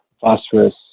phosphorus